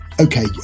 Okay